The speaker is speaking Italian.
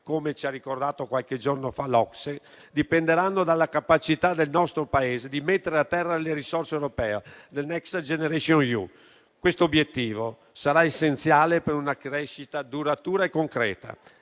come ci ha ricordato qualche giorno fa l'OCSE, dipenderanno dalla capacità del nostro Paese di mettere a terra le risorse europee del Next generation EU. Questo obiettivo sarà essenziale per una crescita duratura e concreta.